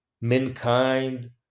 mankind